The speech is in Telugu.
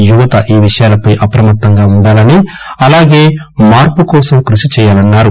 యువత ఈ విషయాలపై అప్రమత్తంగా ఉండాలని అలాగే మార్పు కోసం కృషి చేయాలన్నారు